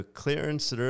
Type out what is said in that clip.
clearance